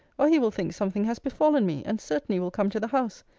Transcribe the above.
or he will think something has befallen me and certainly will come to the house.